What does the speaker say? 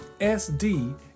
sd